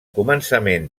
començament